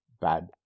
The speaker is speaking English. bad